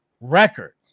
record